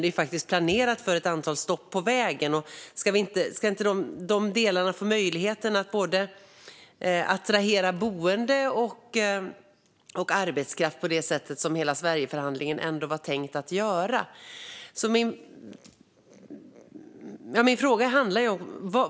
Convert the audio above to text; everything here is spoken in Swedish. Det är faktiskt planerat för ett antal stopp på vägen. Ska inte de delarna få möjlighet att attrahera både boende och arbetskraft på det sätt som var hela tanken med Sverigeförhandlingen?